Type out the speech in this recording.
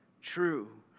true